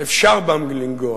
אפשר בם לנגוע,